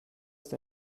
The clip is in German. ist